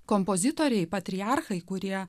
kompozitoriai patriarchai kurie